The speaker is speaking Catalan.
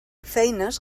feines